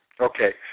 Okay